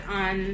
on